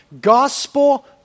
gospel